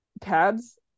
pads